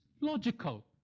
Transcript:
logical